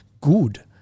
good